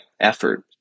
effort